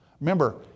Remember